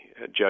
judge